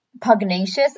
pugnacious